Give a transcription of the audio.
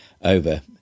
over